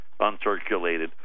uncirculated